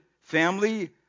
family